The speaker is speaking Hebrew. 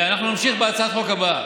נמשיך בהצעת החוק הבאה.